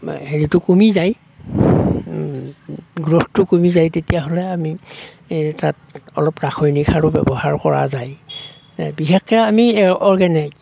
হেৰিটো কমি যায় গ্ৰ'থটো কমি যায় তেতিয়া হ'লে আমি এই তাত অলপ ৰাসায়নিক সাৰো ব্যৱহাৰ কৰা যায় বিশেষকে আমি অৰ্গেনিক